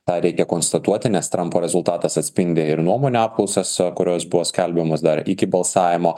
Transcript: tą reikia konstatuoti nes trampo rezultatas atspindi ir nuomonių apklausas kurios buvo skelbiamos dar iki balsavimo